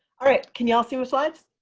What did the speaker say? all right. can you all see the slides.